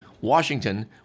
Washington